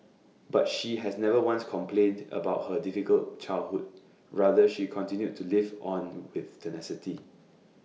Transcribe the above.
but she has never once complained about her difficult childhood rather she continued to live on with tenacity